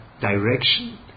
direction